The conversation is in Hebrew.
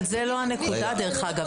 אבל זו לא הנקודה, דרך אגב.